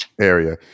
area